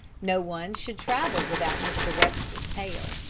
no one should travel without mr. webster's tale.